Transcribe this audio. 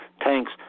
tanks